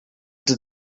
did